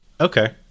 Okay